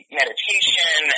meditation